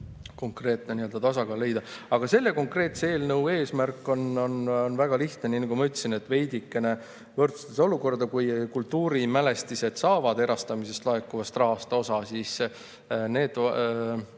konkreetne tasakaal leida? Selle konkreetse eelnõu eesmärk on väga lihtne. Nii nagu ma ütlesin, veidikene võrdsustaks olukorda: kui kultuurimälestised saavad erastamisest laekuvast rahast osa, siis need